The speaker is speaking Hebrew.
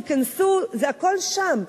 תיכנסו, הכול שם.